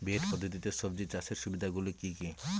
Bed পদ্ধতিতে সবজি চাষের সুবিধাগুলি কি কি?